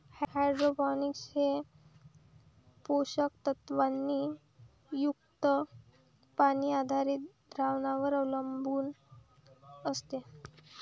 hydroponics हे पोषक तत्वांनी युक्त पाणी आधारित द्रावणांवर अवलंबून असते